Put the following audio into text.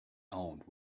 owned